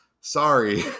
sorry